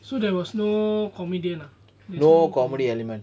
so there was no comedian ah there's no comedy